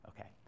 Okay